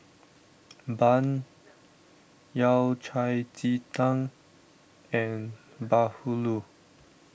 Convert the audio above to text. Bun Yao Cai Ji Tang and Bahulu